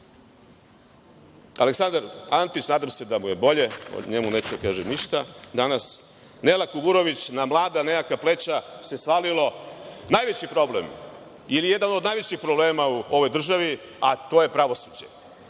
nas. Aleksandar Antić. Nadam se da mu je bolje. O njemu neću da kažem ništa danas. Nela Kuburović. Na mlada nejaka pleća se svalio najveći problem ili jedan od najvećih problema u ovoj državi, a to je pravosuđe.